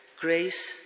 Grace